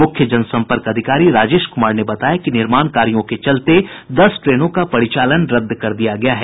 मुख्य जनसम्पर्क अधिकारी राजेश क्मार ने बताया कि निर्माण कार्यों के चलते दस ट्रेनों का परिचालन रद्द कर दिया गया है